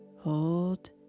hold